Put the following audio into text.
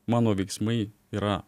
mano veiksmai yra